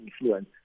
influence